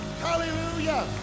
Hallelujah